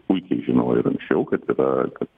puikiai žinojo ir anksčiau kad yra kad